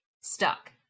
stuck